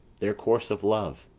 their course of love,